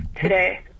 today